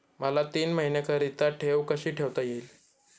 मला तीन महिन्याकरिता ठेव कशी ठेवता येईल?